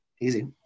easy